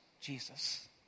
Jesus